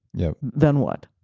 yeah then what?